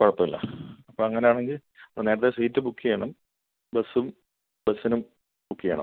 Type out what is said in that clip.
കുഴപ്പമില്ല അപ്പം അങ്ങനെ ആണെങ്കിൽ നേരത്തെ സീറ്റ് ബുക്ക് ചെയ്യണം ബസ്സും ബസ്സിനും ബുക്ക് ചെയ്യണം